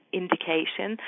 indication